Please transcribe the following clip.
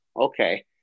okay